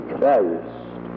Christ